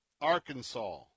Arkansas